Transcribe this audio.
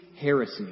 heresy